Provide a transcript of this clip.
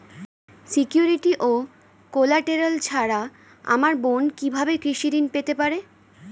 Security ও collateral ছাড়া আমার বোন কিভাবে কৃষি ঋন পেতে পারে?